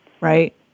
Right